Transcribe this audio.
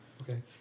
Okay